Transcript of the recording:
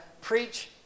preach